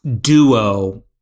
duo